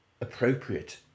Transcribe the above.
appropriate